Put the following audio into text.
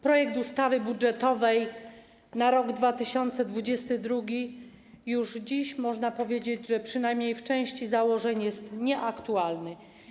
Projekt ustawy budżetowej na rok 2022 - już dziś można to powiedzieć - przynajmniej w części założeń jest nieaktualny.